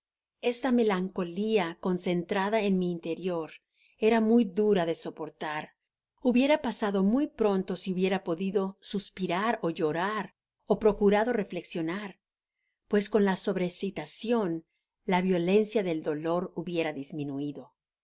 esta me lancolia concentrada en mi interior era muy dura de soportar hubiera pasado muy pronto si hubiese podido suspirar y llorar ó procurado reflexionar pues con la sobreescitacioa la violencia del dolor kubiera disminuido